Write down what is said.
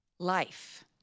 Life